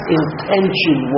intention